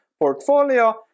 portfolio